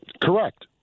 Correct